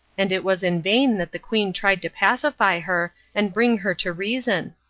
and it was in vain that the queen tried to pacify her and bring her to reason.